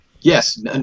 Yes